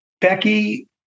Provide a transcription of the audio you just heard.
becky